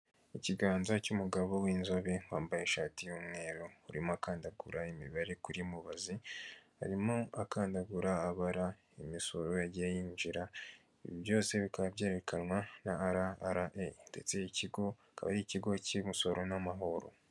Ikiganza cy'umugabo w'inzobe wambaye ishati y'umweru, urimo akandagura imibare kuri mubazi, arimo akandagura abara imisoro yagiye yinjira, byose bikaba byerekanwa na ara ara eyi, ndetse ikigo akaba ari ikigo cy'imisoro n'amahoro.